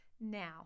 Now